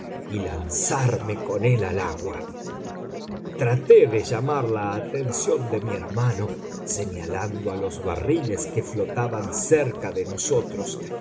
y lanzarme con él al agua traté de llamar la atención de mi hermano señalando a los barriles que flotaban cerca de nosotros